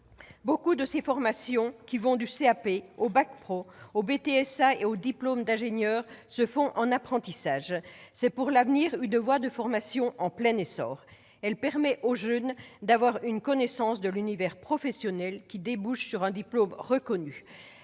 Beaucoup de ces formations, qui vont du CAP au bac pro, au BTSA et aux diplômes d'ingénieur, se font en apprentissage. C'est pour l'avenir une voie en plein essor. Celle-ci permet aux jeunes d'avoir une connaissance de l'univers professionnel qui débouche sur un diplôme reconnu.